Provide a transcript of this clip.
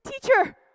teacher